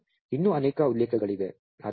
ಮತ್ತು ಇನ್ನೂ ಅನೇಕ ಉಲ್ಲೇಖಗಳಿವೆ